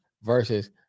Versus